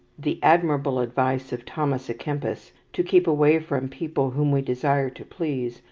the admirable advice of thomas a kempis to keep away from people whom we desire to please,